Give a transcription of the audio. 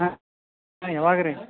ಹಾಂ ಯಾವಾಗ ರೀ